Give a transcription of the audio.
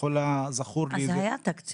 שככל הזכור לי --- אז היה תקציב.